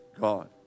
God